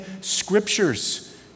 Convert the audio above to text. scriptures